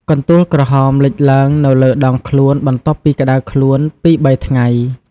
កន្ទួលក្រហមលេចឡើងនៅលើដងខ្លួនបន្ទាប់ពីក្តៅខ្លួនពីរបីថ្ងៃ។